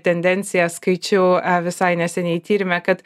tendencija skaičiau visai neseniai tyrime kad